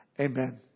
Amen